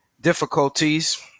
difficulties